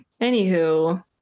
Anywho